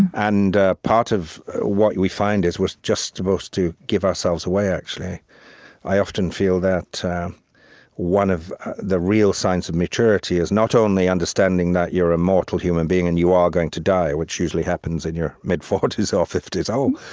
and ah part of what we find is, we're just supposed to give ourselves away, actually i often feel that one of the real signs of maturity is not only understanding that you're a mortal human being and you are going to die, which usually happens in your mid forty s or fifty s oh,